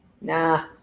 Nah